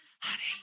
honey